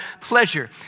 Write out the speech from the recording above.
pleasure